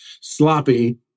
sloppy